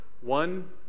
one